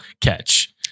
catch